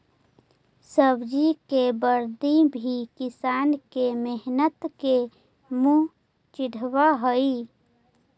सब्जी के बर्बादी भी किसान के मेहनत के मुँह चिढ़ावऽ हइ